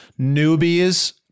newbies